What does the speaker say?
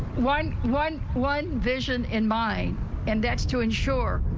one one one vision in mind and that's to ensure.